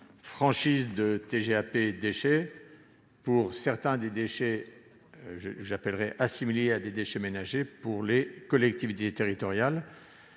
franchise de TGAP déchets pour certains des déchets assimilés à des déchets ménagers pour les collectivités territoriales.